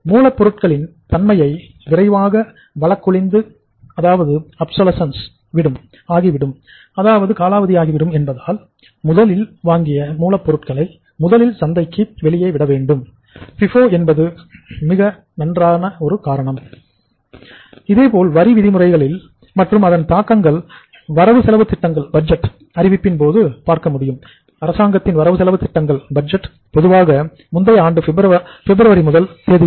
மூலப் பொருள்களின் தன்மையானது விரைவாக வழக்கொழிந்து பொதுவாக முந்தைய ஆண்டு பிப்ரவரி முதல் தேதியில் வரும்